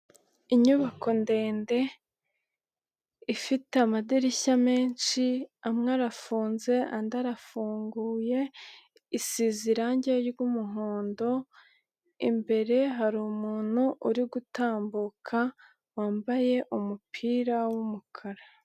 Inyubako ndende ifite amadirishya menshi amwe arafunze andi arafunguye, isize irange ry'umuhondo, imbere hari umuntu uri gutambuka wambaye umupira w'umukara.